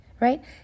right